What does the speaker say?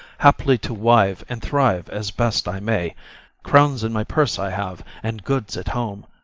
haply to wive and thrive as best i may crowns in my purse i have, and goods at home,